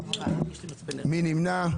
4. מי נמנע?